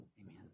amen